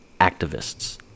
activists